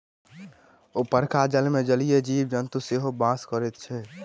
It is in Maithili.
उपरका जलमे जलीय जीव जन्तु सेहो बास करैत अछि